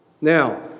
Now